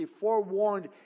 forewarned